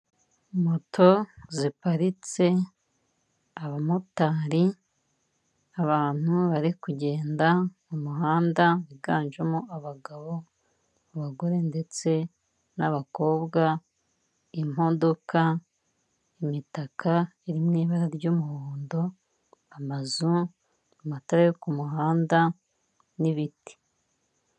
Moto ziparitse, abamotari, abantu bari kugenda mu muhanda wiganjemo abagabo, abagore, ndetse n'abakobwa, imodoka, imitaka irimo ibara ry'umuhondo, amazu, amatara yo ku muhanda n'ibiti.